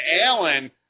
Allen